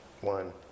One